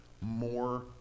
more